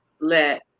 let